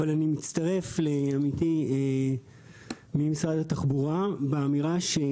אבל אני מצטרף לעמיתי ממשרד התחבורה באמירה יש